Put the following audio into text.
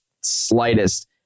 slightest